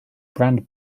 brand